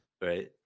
right